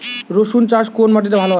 রুসুন চাষ কোন মাটিতে ভালো হয়?